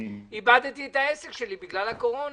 איבדתי את העסק שלי בגלל הקורונה.